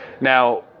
Now